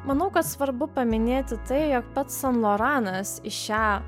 manau kad svarbu paminėti tai jog pats san loranas į šią